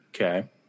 okay